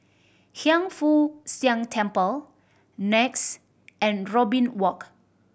Hiang Foo Siang Temple NEX and Robin Walk